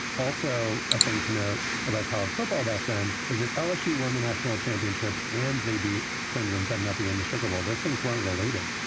also, a thing to note about college football back then is that lsu won the national championship and they beat clemson seven nothing in the sugar bowl. those things weren't related.